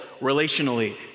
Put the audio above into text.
relationally